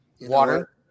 Water